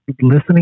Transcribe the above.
listening